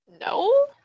no